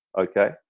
okay